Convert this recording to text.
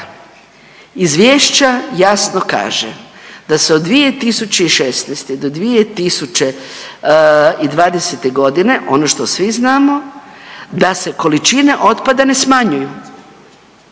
izvješće jasno kaže da se od 2016. do 2020. godine ono što svi znamo da se količine otpada ne smanjuju.